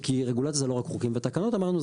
כי רגולציה זה לא רק חוקים ותקנות אמרנו,